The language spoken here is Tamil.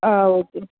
ஆ ஓகே